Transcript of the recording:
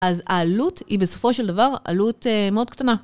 אז העלות, היא בסופו של דבר, עלות א...מאוד קטנה.